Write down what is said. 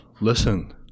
Listen